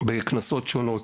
בכנסות שונות,